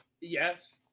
Yes